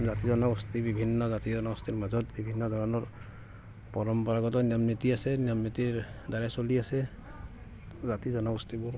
জাতি জনগোষ্ঠী বিভিন্ন জাতি জনগোষ্ঠী মাজত বিভিন্ন ধৰণৰ পৰম্পৰাগত নিয়ম নীতি আছে নিয়ম নীতিৰ দ্বাৰাই চলি আছে জাতি জনগোষ্ঠীবোৰ